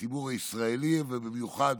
לציבור הישראלי, ובמיוחד